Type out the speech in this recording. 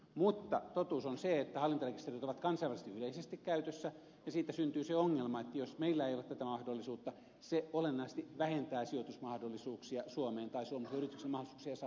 mutta totuus on se että hallintarekisterit ovat kansainvälisesti yleisesti käytössä ja siitä syntyy se ongelma että jos meillä ei ole tätä mahdollisuutta se olennaisesti vähentää sijoitusmahdollisuuksia suomeen tai suomalaisen yrityksen mahdollisuuksia saada ulkolaista pääomaa